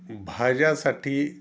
भाज्यासाठी